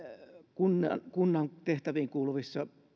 kunnan kunnan tehtäviin kuuluvissa